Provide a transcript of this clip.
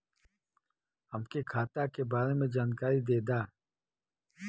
हमके खाता के बारे में जानकारी देदा?